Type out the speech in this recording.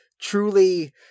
truly